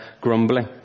grumbling